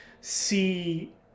see